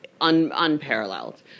unparalleled